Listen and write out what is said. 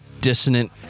dissonant